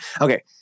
Okay